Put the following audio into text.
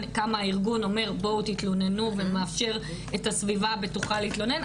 כמה הארגון אומר בואו תתלוננו ומאפשר את הסביבה הבטוחה להתלונן,